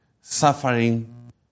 suffering